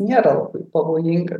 nėra labai pavojinga